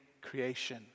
creation